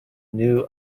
new